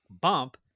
Bump